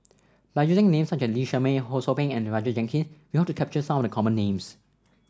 by using names such as Lee Shermay Ho Sou Ping and Roger Jenkins we hope to capture some of the common names